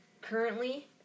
currently